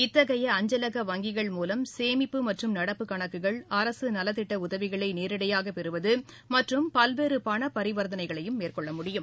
இத்தகைய அஞ்சலக வங்கிகள் மூலம் சேமிப்பு மற்றும் நடப்பு கணக்குகள் அரசு நல திட்ட உதவிகளை நேரிடையாக பெறுவது மற்றும் பல்வேறு பணபரிவர்த்தனைகளையும் மேற்கொள்ள முடியும்